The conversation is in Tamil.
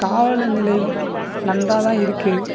காலநிலை நன்றாக தான் இருக்குது